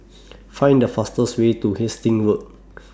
Find The fastest Way to Hastings Road